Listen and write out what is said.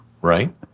Right